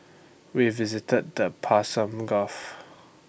we visited the Persian gulf